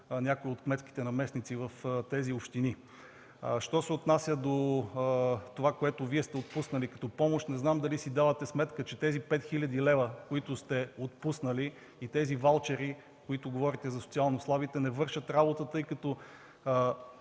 някои от кметските наместници в тези общини. Що се отнася до това, което Вие сте отпуснали като помощ, не знам дали си давате сметка, че тези 5 хил. лв., които сте отпуснали, и за тези ваучери, за които говорите, за социално слабите, не вършат работа. Те са,